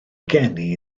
geni